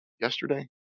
yesterday